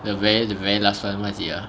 the very the very last [one] what is it ah